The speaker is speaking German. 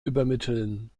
übermitteln